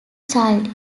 child